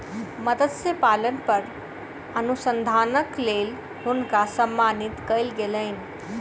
मत्स्य पालन पर अनुसंधानक लेल हुनका सम्मानित कयल गेलैन